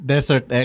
Desert